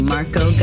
Marco